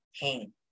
pain